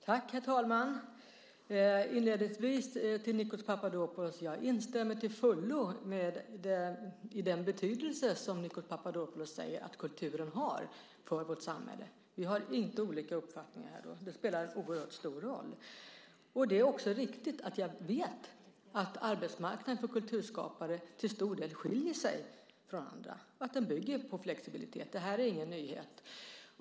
Herr talman! Inledningsvis vill jag säga att jag instämmer till fullo i det Nikos Papadopoulos säger om den betydelse som kulturen har för vårt samhälle. Vi har inte olika uppfattningar här. Den spelar en oerhört stor roll. Det är också riktigt att jag vet att arbetsmarknaden för kulturskapare till stor del skiljer sig från andra. Den bygger på flexibilitet. Det här är ingen nyhet.